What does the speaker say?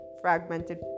fragmented